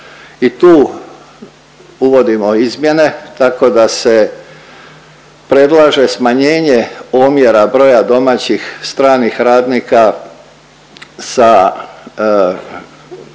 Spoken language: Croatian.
i tu uvodimo izmjene, tako da se predlaže smanjenje omjera domaćih stranih radnika sa 1/4